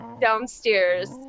downstairs